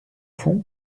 fond